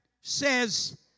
says